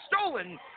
stolen